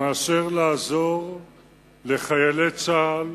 מאשר לעזור לחיילי צה"ל